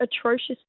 atrocious